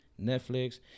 Netflix